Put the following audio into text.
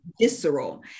visceral